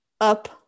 up